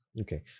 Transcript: Okay